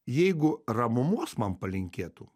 jeigu ramumos man palinkėtų